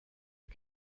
you